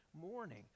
morning